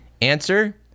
Answer